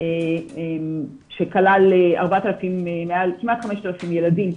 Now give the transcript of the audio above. שכלל כמעט 5,000 ילדים,